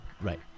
right